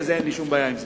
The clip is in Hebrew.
ואין לי שום בעיה עם זה.